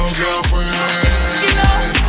girlfriend